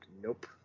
nope